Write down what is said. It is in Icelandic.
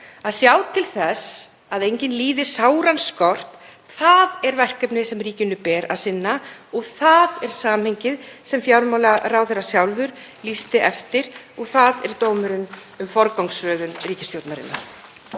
Að sjá til þess að enginn líði sáran skort, það er verkefnið sem ríkinu ber að sinna og það er samhengið sem fjármálaráðherra sjálfur lýsti eftir og það er dómurinn um forgangsröðun ríkisstjórnarinnar.